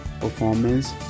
performance